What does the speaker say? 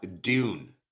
Dune